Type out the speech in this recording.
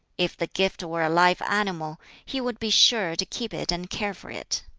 if the gift were a live animal, he would be sure to keep it and care for it.